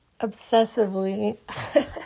obsessively